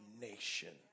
nation